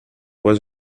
was